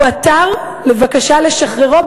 הוא עתר בבקשה לשחררו,